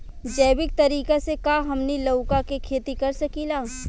जैविक तरीका से का हमनी लउका के खेती कर सकीला?